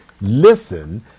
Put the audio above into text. Listen